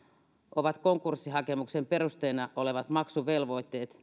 ovat konkurssihakemuksen perusteena olevat maksuvelvoitteet